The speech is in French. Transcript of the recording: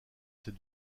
ses